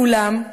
כולם,